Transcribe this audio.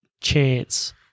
chance